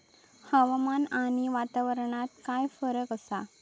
हवामान आणि वातावरणात काय फरक असा?